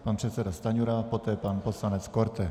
Pan předseda Stanjura, poté pan poslanec Korte.